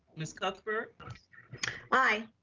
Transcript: ms. cuthbert i.